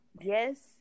yes